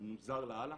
מוזר לאללה,